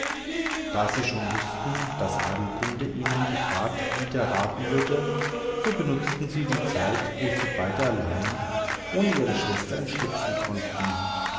da sie schon wußten daß adelgunde ihnen die fahrt widerraten würde so benutzten sie die zeit wo sie beide allein ohne ihre schwester entschlüpfen konnten